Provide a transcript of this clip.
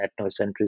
ethnocentrism